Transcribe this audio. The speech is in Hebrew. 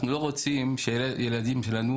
אנחנו לא רוצים שהילדים שלנו